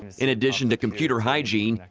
in addition to computer hygiene,